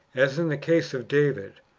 as in the case of david,